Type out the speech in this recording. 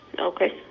okay